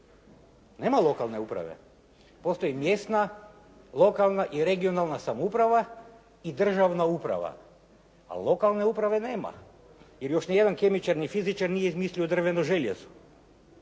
Nema lokalne uprave. Postoji mjesna, lokalna i regionalna samouprava i državna uprava. A lokalne uprave nema, jer još nijedan kemičar ni fizičar nije izmislio drveno željezo.